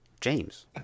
james